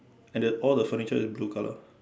and the all the furniture is blue colour